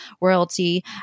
royalty